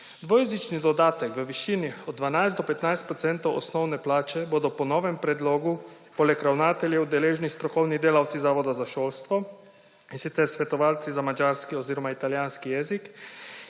Dvojezični dodatek v višini od 12 do 15 procentov osnovne plače bodo po novem predlogu poleg ravnateljev deležni strokovni delavci Zavoda za šolstvo, in sicer svetovalci za madžarski oziroma italijanski jezik,